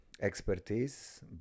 expertise